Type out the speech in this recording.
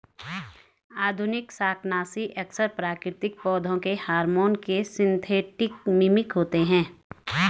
आधुनिक शाकनाशी अक्सर प्राकृतिक पौधों के हार्मोन के सिंथेटिक मिमिक होते हैं